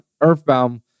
Earthbound